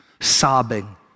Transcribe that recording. sobbing